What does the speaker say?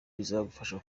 bizagufasha